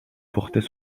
portait